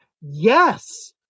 Yes